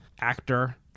actor